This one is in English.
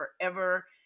forever